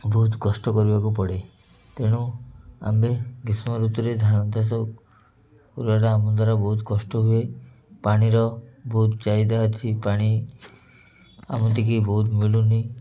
ବହୁତ କଷ୍ଟ କରିବାକୁ ପଡ଼େ ତେଣୁ ଆମ୍ଭେ ଗ୍ରୀଷ୍ମ ଋତୁରେ ଧାନ ଚାଷ କରିବାରେ ଆମ ଦ୍ୱାରା ବହୁତ କଷ୍ଟ ହୁଏ ପାଣିର ବହୁତ ଚାହିଦା ଅଛି ପାଣି ଆମ ଟିକେ ବହୁତ ମିଳୁନି